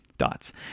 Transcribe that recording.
dots